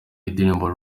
indirimbo